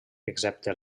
excepte